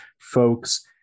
Folks